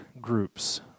groups